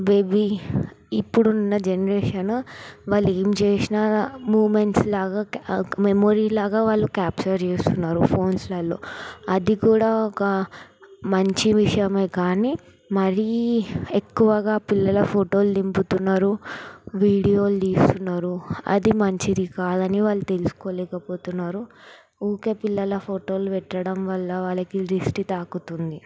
baby ఇప్పుడున్న generation వాళ్ళేం చేసిన మూమెంట్స్ లాగా మెమొరీ లాగా వాళ్ళు క్యాప్చర్ చేస్తున్నారు ఫోన్స్లలో అది కూడా ఒక మంచి విషయమే కానీ మరీ ఎక్కువగా పిల్లల ఫోటోలు దింపుతున్నారు వీడియోలు తీస్తున్నారు అది మంచిది కాదని వాళ్ళు తెలుసుకోలేకపోతున్నారు ఊరికే పిల్లల ఫోటోలు పెట్టడం వల్ల వాళ్ళకి దిష్టి తాకుతుంది